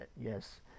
yes